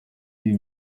ibi